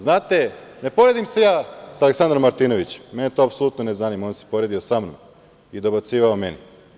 Znate, ne poredim se ja sa Aleksandrom Martinovićem, mene to apsolutno ne zanima, on se poredio sa mnom i dobacivao meni.